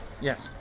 Yes